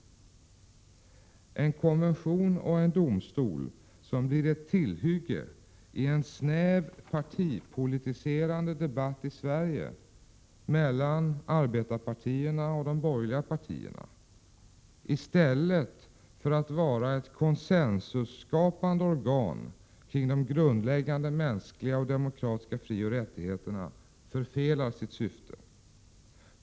En konvention och en domstol som blir ett tillhygge i en snäv partipolitiserande debatt i Sverige mellan arbetarpartierna och de borgerliga partierna i stället för att vara ett konsensusskapande organ kring de grundläggande mänskliga och demokratiska frioch rättigheterna förfelar sitt syfte.